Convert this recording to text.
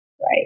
Right